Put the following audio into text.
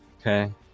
Okay